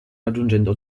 raggiungendo